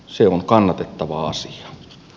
se on kannatettava asia